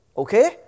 Okay